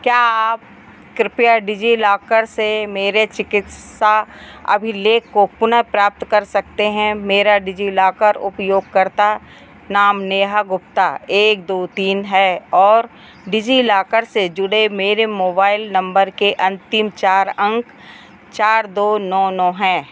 क्या आप कृपया डिजिलॉकर से मेरे चिकित्सा अभिलेख को पुनः प्राप्त कर सकते हैं मेरा डिजिलॉकर उपयोगकर्ता नाम नेहा गुप्ता एक दो तीन है और डिजिलॉकर से जुड़े मेरे मोबाइल नंबर के अंतिम चार अंक चार दो नौ नौ है